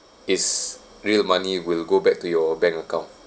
is real money will go back to your bank account